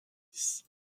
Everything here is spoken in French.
six